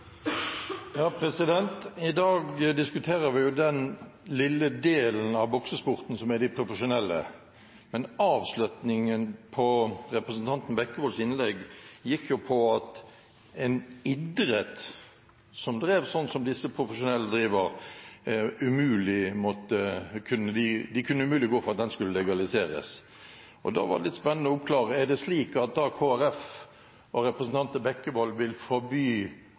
de profesjonelle. Men avslutningen på representanten Bekkevolds innlegg gikk jo på at en idrett som drives sånn som disse profesjonelle driver, kan Kristelig Folkeparti umulig gå for skal legaliseres. Da kan det være spennende å få oppklart: Er det da slik at Kristelig Folkeparti og representanten Bekkevold vil gå den andre veien med dette lovverket og forby